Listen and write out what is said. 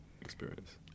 experience